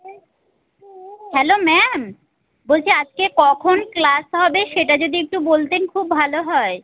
hello ma'am বলছি আজকে কখন ক্লাস হবে সেটা যদি একটু বলতেন খুব ভালো হয়